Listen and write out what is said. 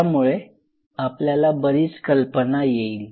त्यामुळे आपल्याला बरीच कल्पना येईल